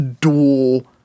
dual